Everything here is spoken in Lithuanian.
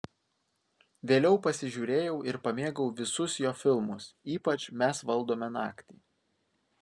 vėliau pasižiūrėjau ir pamėgau visus jo filmus ypač mes valdome naktį